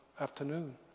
afternoon